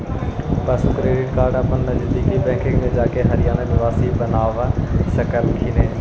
पशु किसान credit card अपन नजदीकी बैंक में जाके हरियाणा निवासी बनवा सकलथीन हे